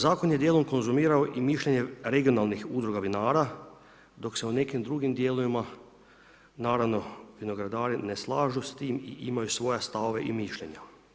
Zakon je dijelom konzumirao i mišljenje regionalnih udruga vinara, dok se u nekim drugim dijelovima, naravno vinogradari ne slažu s tim, imaju svoj stavove i mišljenja.